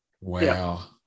Wow